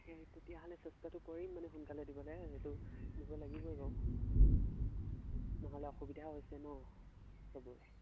সেই তেতিয়াহ'লে চেষ্টাটো কৰিম মানে সোনকালে দিবলে এইটো দিব লাগিব বাৰু নহ'লে অসুবিধা হৈছে ন চবৰে